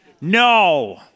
No